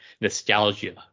nostalgia